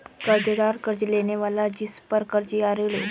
कर्ज़दार कर्ज़ लेने वाला जिसपर कर्ज़ या ऋण हो